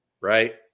Right